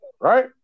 right